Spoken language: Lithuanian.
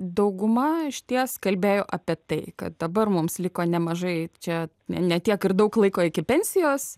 dauguma išties kalbėjo apie tai kad dabar mums liko nemažai čia ne ne tiek ir daug laiko iki pensijos